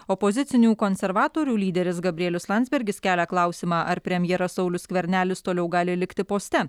opozicinių konservatorių lyderis gabrielius landsbergis kelia klausimą ar premjeras saulius skvernelis toliau gali likti poste